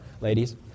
ladies